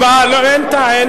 אני רוצה להעיר הערה.